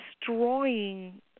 destroying